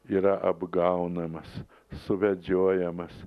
yra apgaunamas suvedžiojamas